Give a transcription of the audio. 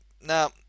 now